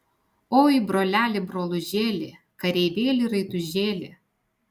oi broleli brolužėli kareivėli raitužėli